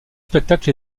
spectacle